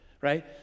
right